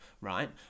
right